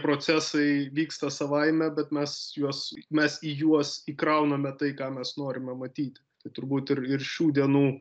procesai vyksta savaime bet mes juos mes į juos įkrauname tai ką mes norime matyti tai turbūt ir ir šių dienų